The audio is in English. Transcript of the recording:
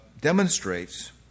demonstrates